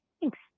thanks